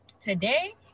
today